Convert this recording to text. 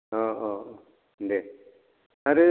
अ अ अ दे आरो